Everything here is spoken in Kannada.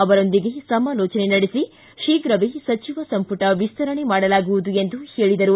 ಅವರೊಂದಿಗೆ ಸಮಾಲೋಚನೆ ನಡೆಸಿ ಶೀಘವೇ ಸಚಿವ ಸಂಪುಟ ವಿಸ್ತರಣೆ ಮಾಡಲಾಗುವುದು ಎಂದು ಹೇಳಿದರು